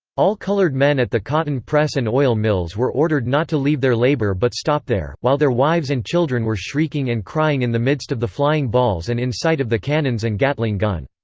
all colored men at the cotton press and oil mills were ordered not to leave their labor but stop there, while their wives and children were shrieking and crying in the midst of the flying balls and in sight of the cannons and gatling gun.